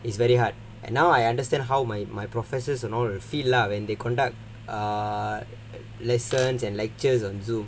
it's very hard and now I understand how my my professors and order feel lah when they conduct a lessons and lectures on Zoom